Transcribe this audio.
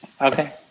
okay